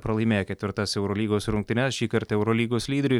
pralaimėjo ketvirtas eurolygos rungtynes šįkart eurolygos lyderiui